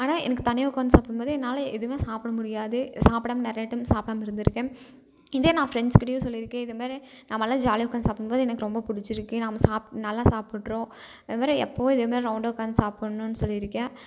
ஆனால் எனக்கு தனியாக உட்காந்து சாப்பிடும்போது என்னால் எதுவுமே சாப்பிட முடியாது சாப்பிடாம நிறைய டைம் சாப்பிடாம இருந்துருக்கேன் இதே நான் ஃப்ரெண்ட்ஸ்கிட்டையும் சொல்லி இருக்கேன் இதமாதிரி நாமெல்லாம் ஜாலியாக உட்காந்து சாப்பிடும்போது எனக்கு ரொம்ப பிடிச்சிருக்கு நாம சாப்பு நல்லா சாப்பிடுறோம் அதமாதிரி எப்போவும் இதேமாதிரி ரௌண்டாக உட்காந்து சாப்படண்ணுன்னு சொல்லி இருக்கேன்